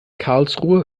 karlsruhe